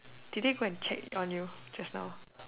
did they go and check on you just now